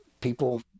people